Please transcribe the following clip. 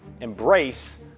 embrace